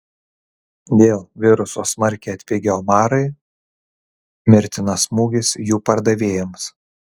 dėl viruso smarkiai atpigę omarai mirtinas smūgis jų pardavėjams